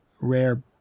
rare